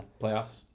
Playoffs